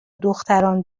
دختران